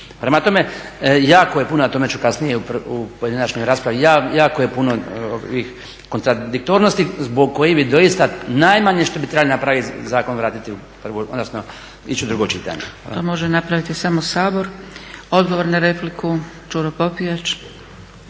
Prema tome, jako je puno, a o tome ću kasnije u pojedinačnoj raspravi, jako je puno ovih kontradiktornosti zbog kojih bi doista najmanje što bi trebali napraviti zakon vratiti u prvo, odnosno ići u drugo čitanje. Hvala. **Zgrebec, Dragica (SDP)** To može napraviti samo Sabor. Odgovor na repliku Đuro Popijač.